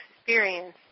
experience